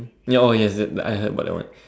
ya oh yes yes I heard about that one